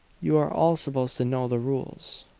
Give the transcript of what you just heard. you are all supposed to know the rules.